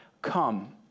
Come